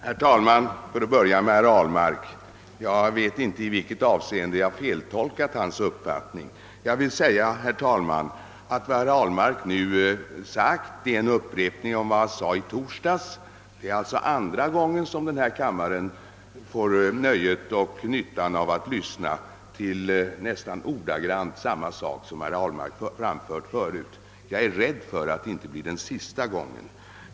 Herr talman! För att börja med herr Ahlmark vill jag säga att jag inte vet i vilket avseende jag skulle ha feltolkat hans uppfattning. Vad herr Ahlmark nu har sagt är en upprepning av vad han sade i torsdags. Detta är alltså andra gången denna kammare fått nöjet och nyttan att lyssna till nästan ordagrant samma sak som herr Ahlmark framfört tidigare. Jag är rädd för att det inte blir sista gången.